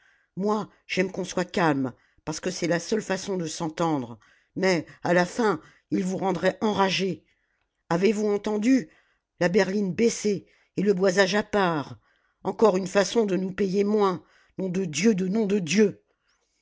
moi j'aime qu'on soit calme parce que c'est la seule façon de s'entendre mais à la fin ils vous rendraient enragés avez-vous entendu la berline baissée et le boisage à part encore une façon de nous payer moins nom de dieu de nom de dieu